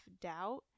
doubt